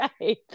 Right